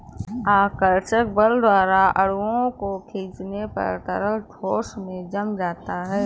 आकर्षक बल द्वारा अणुओं को खीचने पर तरल ठोस में जम जाता है